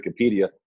Wikipedia